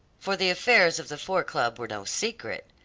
for the affairs of the four club were no secret.